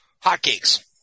hotcakes